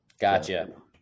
Gotcha